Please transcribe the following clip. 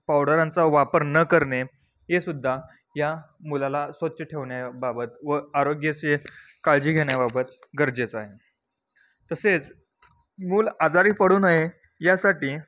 पावडरांचा वापर न करणे हे सुद्धा या मुलाला स्वच्छ ठेवण्याबाबत व आरोग्याची काळजी घेण्याबाबत गरजेचं आहे तसेच मूल आजारी पडू नये यासाठी